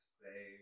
say